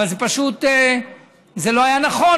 אבל זה פשוט לא היה נכון,